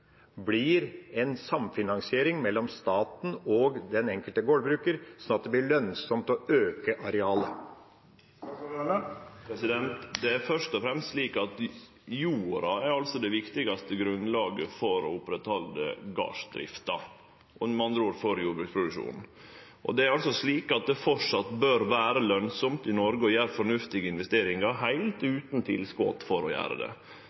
blir en samfinansiering mellom staten og den enkelte gårdbruker, sånn at det blir lønnsomt å øke arealet? Det er først og fremst slik at jorda er det viktigaste grunnlaget for å oppretthalde gardsdrifta, med andre ord for jordbruksproduksjonen. Det bør framleis vere lønsamt i Noreg å gjere fornuftige investeringar, heilt utan tilskot for å gjere det.